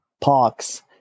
parks